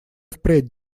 впредь